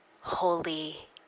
holy